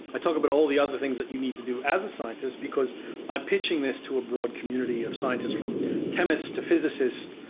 i talk about all the other things that you need to do as a scientist because i'm pitching this to a broad community of scientists, from chemists to physicists,